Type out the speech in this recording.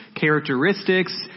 characteristics